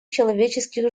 человеческих